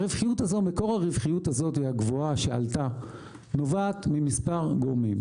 מקור הרווחיות הזאת הגבוהה שעלתה נובעת ממספר גורמים.